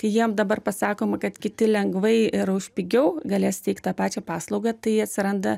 kai jiem dabar pasakoma kad kiti lengvai ir už pigiau galės teikt tą pačią paslaugą tai atsiranda